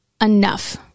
enough